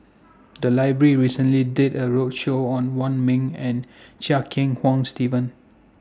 The Library recently did A roadshow on Wong Ming and Chia Kiah Hong Steve